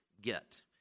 get